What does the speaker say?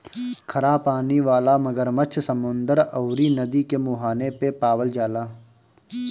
खरा पानी वाला मगरमच्छ समुंदर अउरी नदी के मुहाने पे पावल जाला